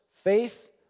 Faith